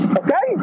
okay